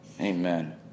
Amen